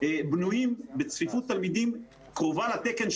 בנויים בצפיפות תלמידים קרובה לתקן,